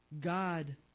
God